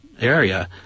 area